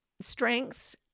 strengths